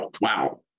wow